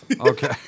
Okay